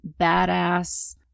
badass